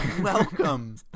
Welcome